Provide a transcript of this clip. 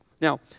Now